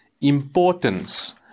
importance